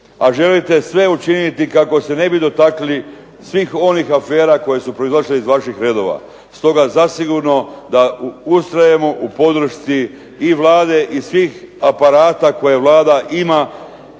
A želite sve učiniti kako se ne bi dotakli svih onih afera koje su proizašle iz vaših redova. Stoga zasigurno da ustrajemo u podršci i Vlade i svih aparata koje Vlada ima